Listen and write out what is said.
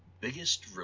biggest